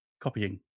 copying